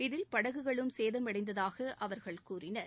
இதில் படகுகளும் சேதமடைந்ததாக அவர்கள் கூறினர்